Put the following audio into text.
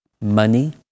money